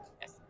Yes